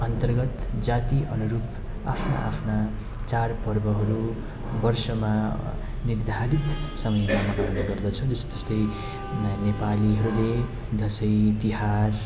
अन्तर्गत जातिअनुरुप आफ्ना आफ्ना चाडपर्वहरू वर्षमा निर्धारित समयमा मनाउने गर्दछ जस्तै नेपालीहरूले दसैँ तिहार